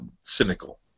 cynical